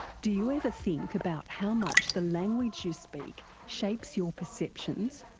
do you ever think about how much the language you speak shapes your perceptions,